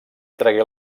tragué